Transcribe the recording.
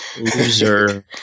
Loser